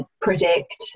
predict